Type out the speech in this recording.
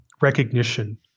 recognition